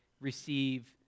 receive